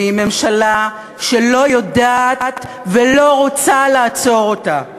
ועם ממשלה שלא יודעת ולא רוצה לעצור אותה.